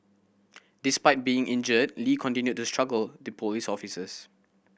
despite being injured Lee continued to struggle the police officers